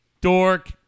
Dork